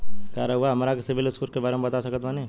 का रउआ हमरा के सिबिल स्कोर के बारे में बता सकत बानी?